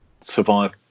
survive